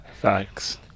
Thanks